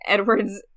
Edward's